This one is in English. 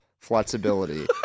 flexibility